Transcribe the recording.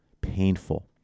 painful